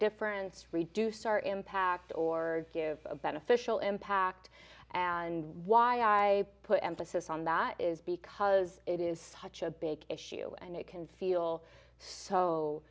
difference reduce our impact or give a beneficial impact and why i put emphasis on that is because it is such a big issue and it can feel so